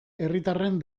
herritarren